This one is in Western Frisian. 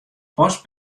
pas